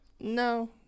No